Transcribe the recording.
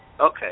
Okay